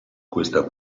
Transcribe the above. questa